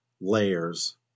layers